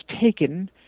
taken